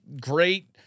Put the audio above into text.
great